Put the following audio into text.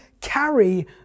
carry